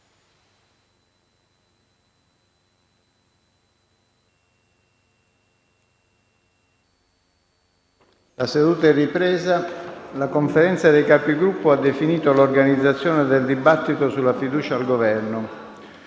finestra"). Colleghi, la Conferenza dei Capigruppo ha definito l'organizzazione del dibattito sulla fiducia al Governo.